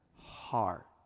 heart